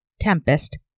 Tempest